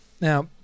Now